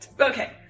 Okay